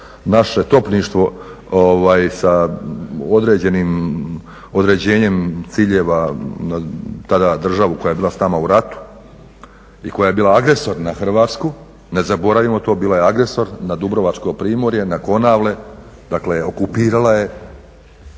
naše topništvo sa određenim određenjem ciljeva na tada državu koja je bila s nama u ratu i koja je bila agresor na Hrvatsku, ne zaboravimo to, bila je agresor na Dubrovačko primorje, na Konvale, dakle okupirala je